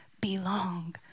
belong